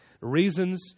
Reasons